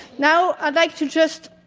now, i'd like to just